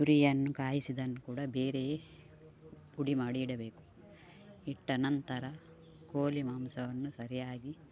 ತುರಿಯನ್ನು ಕಾಯಿಸಿದನ್ನ ಕೂಡ ಬೇರೆಯೇ ಪುಡಿ ಮಾಡಿ ಇಡಬೇಕು ಇಟ್ಟ ನಂತರ ಕೋಳಿ ಮಾಂಸವನ್ನು ಸರಿಯಾಗಿ